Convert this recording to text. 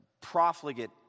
profligate